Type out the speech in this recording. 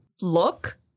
look